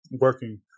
working